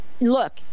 look